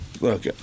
look